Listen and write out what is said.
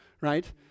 right